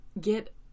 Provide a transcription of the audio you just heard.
get